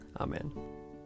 Amen